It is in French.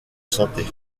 santé